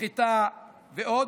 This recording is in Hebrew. סחיטה ועוד,